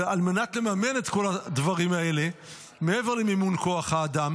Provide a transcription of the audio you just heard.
ועל מנת לממן את כל הדברים האלה מעבר למימון כוח האדם